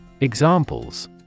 Examples